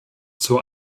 zur